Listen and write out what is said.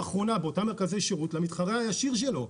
האחרונה באותם מרכזי שירות למתחרה הישיר שלו?